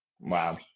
Wow